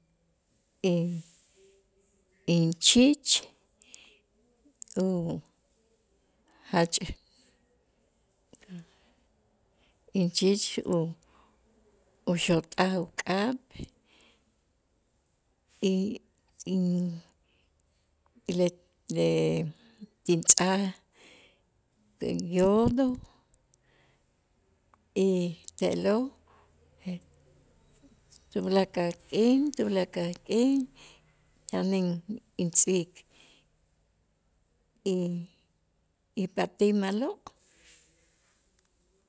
Y inch'iich' jach inch'iich' u- uxot'aj uk'ab' y in y let- le- tintz'aj yodo te'lo' tulaak' a' k'in tulaak' a' k'in yanen intz'iik y patij ma'lo'.